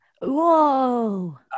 Whoa